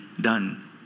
done